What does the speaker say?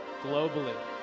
globally